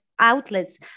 outlets